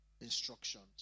instructions